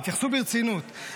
התייחסו ברצינות,